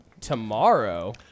Tomorrow